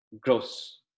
gross